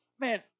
Man